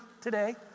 today